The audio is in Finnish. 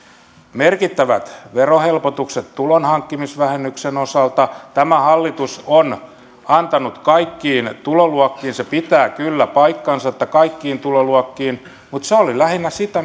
merkittävät verohelpotukset tulonhankkimisvähennyksen osalta tämä hallitus on antanut kaikkiin tuloluokkiin se pitää kyllä paikkansa että kaikkiin tuloluokkiin mutta se oli lähinnä sitä